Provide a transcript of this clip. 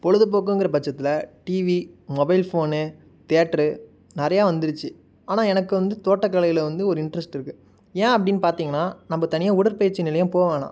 பொழுது போக்குங்கிற பட்சத்தில் டீவி மொபைல் ஃபோனு தேட்டரு நிறையா வந்துடுச்சி ஆனால் எனக்கு வந்து தோட்டக்கலையில் வந்து ஒரு இன்ட்ரெஸ்ட் இருக்கு ஏன் அப்படின்னு பார்த்திங்கன்னா நம்ம தனியாக உடற்பயிற்சி நிலையம் போக வேணாம்